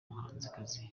n’umuhanzikazi